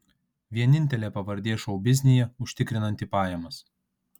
vienintelė pavardė šou biznyje užtikrinanti pajamas